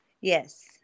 Yes